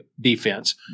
defense